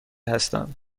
هستم